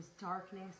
darkness